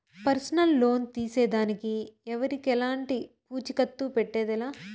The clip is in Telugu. పర్సనల్ లోన్ తీసేదానికి ఎవరికెలంటి పూచీకత్తు పెట్టేదె లా